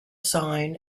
sign